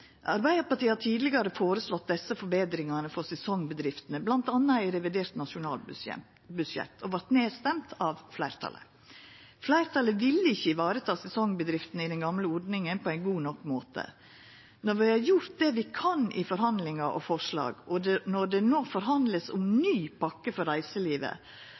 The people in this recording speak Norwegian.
Arbeidarpartiet har tidlegare føreslått desse forbetringane for sesongbedriftene, bl.a. i revidert nasjonalbudsjett, men vart røysta ned av fleirtalet. Fleirtalet ville ikkje vareta sesongbedriftene i den gamle ordninga på ein god nok måte. Når vi har gjort det vi kan i forhandlingar og forslag, og når det no vert forhandla om ny pakke for reiselivet,